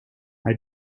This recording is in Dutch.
hij